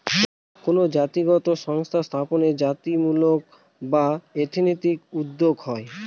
কোনো জাতিগত সংস্থা স্থাপনে জাতিত্বমূলক বা এথনিক উদ্যোক্তা হয়